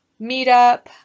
Meetup